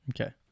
Okay